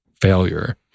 failure